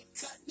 cut